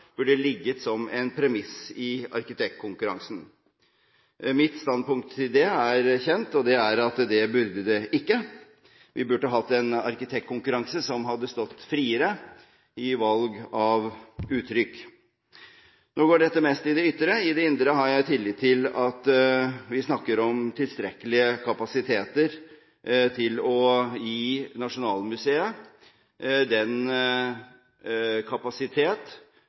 burde ha ligget som en premiss i arkitektkonkurransen. Mitt standpunkt til det er kjent, og det er at det burde den ikke. Vi burde hatt en arkitektkonkurranse der en hadde stått friere i valg av uttrykk. Dette går mest på det ytre. Når det gjelder det indre, har jeg tillit til at vi snakker om tilstrekkelige kapasiteter til å gi bygningen den kapasitet